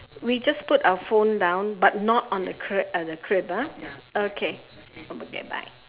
we just put our phone down but not on the crib the crib ah okay ya okay bye